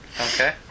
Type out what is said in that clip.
okay